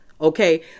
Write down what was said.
Okay